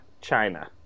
China